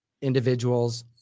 individuals